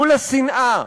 מול השנאה,